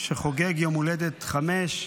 שחוגג יום הולדת חמש.